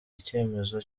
icyemezo